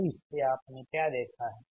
तो इससे आपने क्या देखा है